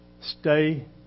Stay